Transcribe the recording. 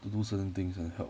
to do certain things and help